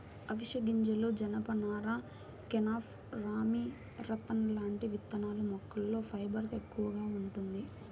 అవిశె గింజలు, జనపనార, కెనాఫ్, రామీ, రతన్ లాంటి విత్తనాల మొక్కల్లో ఫైబర్ ఎక్కువగా వుంటది